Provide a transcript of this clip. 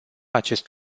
acest